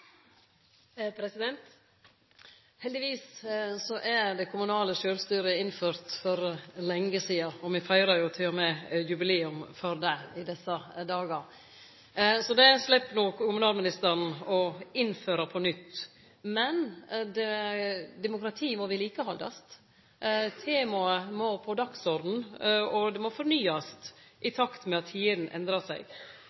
sjølvstyret innført for lenge sidan, og me feirar til og med jubileum i desse dagar, så det slepp kommunalministeren å innføre på nytt. Men demokratiet må vedlikehaldast. Temaet må på dagsordenen, og det må fornyast i